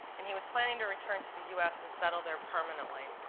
and he was planning to return to the u s. and settle there permanently,